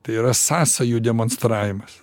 tai yra sąsajų demonstravimas